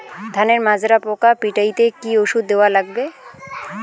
ধানের মাজরা পোকা পিটাইতে কি ওষুধ দেওয়া লাগবে?